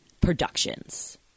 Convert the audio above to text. Productions